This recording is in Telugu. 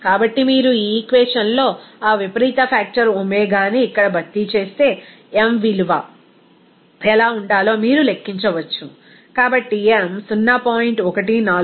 కాబట్టి మీరు ఈ ఈక్వేషన్ లో ఆ విపరీత ఫాక్టర్ ఒమేగాని ఇక్కడ భర్తీ చేస్తే m విలువ ఆమె ఎలా ఉండాలో మీరు లెక్కించవచ్చు కాబట్టి m 0